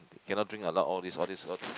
cannot drink a lot all these all these all